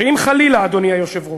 אדוני היושב-ראש,